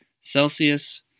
Celsius